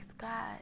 God